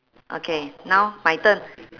okay now my turn